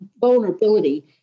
vulnerability